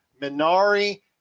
Minari